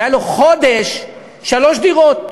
והיו לו במשך חודש שלוש דירות.